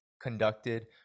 conducted